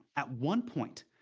at one point,